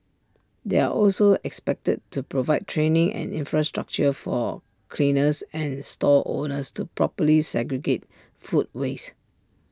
they are also expected to provide training and infrastructure for cleaners and stall holders to properly segregate food waste